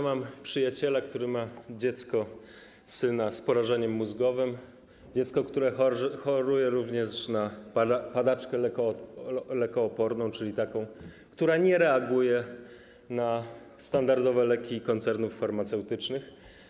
Mam przyjaciela, który ma syna z porażeniem mózgowym, dziecko, które choruje również na padaczkę lekooporną, czyli taką, która nie reaguje na standardowe leki koncernów farmaceutycznych.